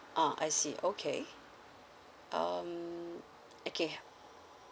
ah I see okay um okay